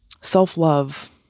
Self-love